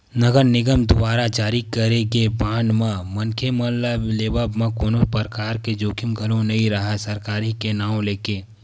नगर निगम दुवारा जारी करे गे बांड म मनखे मन ल लेवब म कोनो परकार के जोखिम घलो नइ राहय सरकारी के नांव लेके